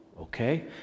okay